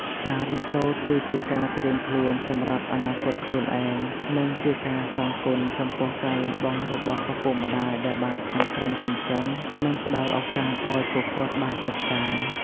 ការរៀនសូត្រគឺជាការត្រៀមខ្លួនសម្រាប់អនាគតខ្លួនឯង និងជាការសងគុណចំពោះការលះបង់របស់ឪពុកម្ដាយដែលបានខំប្រឹងចិញ្ចឹម និងផ្ដល់ឱកាសឲ្យពួកគាត់បានសិក្សា។